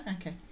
Okay